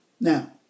Now